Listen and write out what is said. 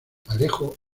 alejo